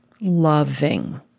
loving